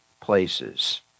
places